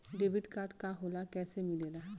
Debit card का होला कैसे मिलेला?